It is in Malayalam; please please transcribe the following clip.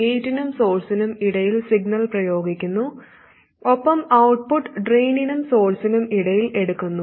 ഗേറ്റിനും സോഴ്സ്സിനും ഇടയിൽ സിഗ്നൽ പ്രയോഗിക്കുന്നു ഒപ്പം ഔട്ട്പുട്ട് ഡ്രെയിനിനും സോഴ്സ്സിനും ഇടയിൽ എടുക്കുന്നു